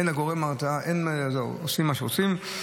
אין גורם הרתעה, ועושים מה שרוצים.